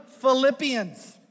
Philippians